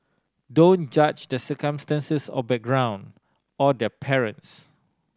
don't judge the circumstances or background or their parents